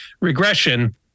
regression